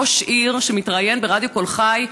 ראש עיר שמתראיין ברדיו קול חי,